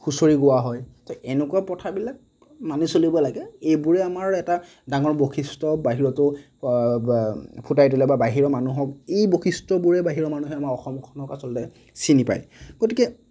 হুঁচৰি গোৱা হয় তো এনেকুৱা প্ৰথাবিলাক মানি চলিব লাগে এইবোৰে আমাৰ এটা ডাঙৰ বৈশিষ্ট বাহিৰতো ফুটাই তুলে বা বাহিৰত মানুহক এই বৈশিষ্টবোৰে বাহিৰত মানুহে অসমখনক আচলতে চিনি পায় গতিকে